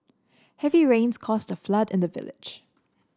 heavy rains caused a flood in the village